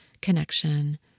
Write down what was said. connection